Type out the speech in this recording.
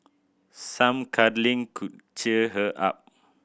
some cuddling could cheer her up